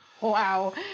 Wow